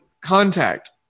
contact